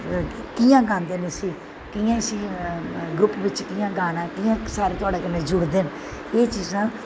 कि'यां गांदे न उस्सी कि'यां इस्सी ग्रुप बिच्च कि'यां गाना ऐ कि'यां सिर तोआढ़े कन्नै जुड़दे न एह् चीजां